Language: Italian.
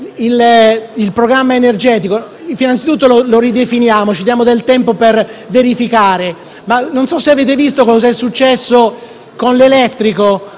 il programma energetico. Innanzitutto lo ridefiniamo e ci diamo del tempo per verificare. Colleghi, non so se avete visto cosa è successo con le auto